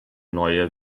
neue